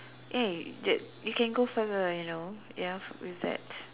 eh that you can go further you know ya with that